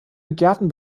begehrten